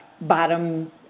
bottom